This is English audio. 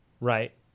Right